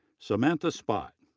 samantha spott,